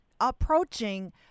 approaching